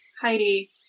Heidi